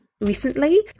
recently